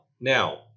Now